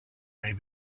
may